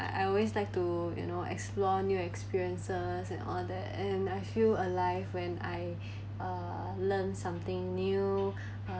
I I always like to you know explore new experiences and all that and I feel alive when I uh learn something new uh